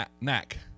Knack